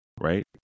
right